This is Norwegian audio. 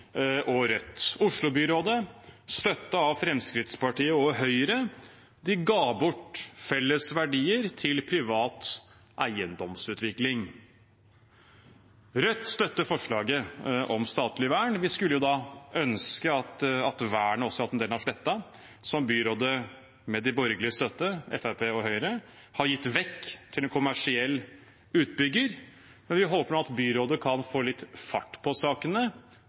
og Rødt. Oslobyrådet – støttet av Fremskrittspartiet og Høyre – ga bort felles verdier til privat eiendomsutvikling. Rødt støtter forslaget om statlig vern. Vi skulle ønske at vernet også gjaldt en del av sletta som byrådet, med de borgerliges støtte – Fremskrittspartiet og Høyre – har gitt vekk til en kommersiell utbygger, men vi håper nå at byrådet kan få litt fart på sakene,